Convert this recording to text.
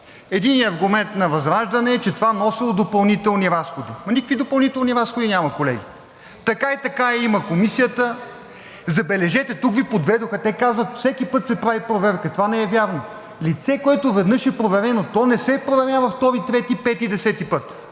Единият аргумент на ВЪЗРАЖДАНЕ е, че това носело допълнителни разходи. Никакви допълнителни разходи няма, колеги, така и така я има Комисията. Забележете, тук Ви подведоха, те казват: „Всеки път се прави проверка.“ Това не е вярно. Лице, което веднъж е проверено, не се проверява втори, трети, пети и десети път,